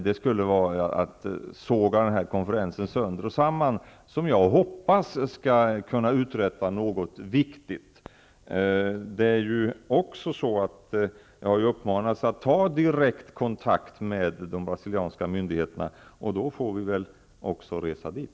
Det skulle vara att såga den här konferensen sönder och samman. Jag hoppas att den skall kunna uträtta något viktigt. Jag har ju uppmanats att ta direkt kontakt med de brasilianska myndigheterna. Då måste vi väl också resa dit.